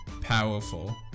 Powerful